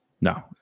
no